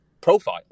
profile